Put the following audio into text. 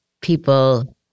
people